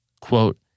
Quote